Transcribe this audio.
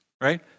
Right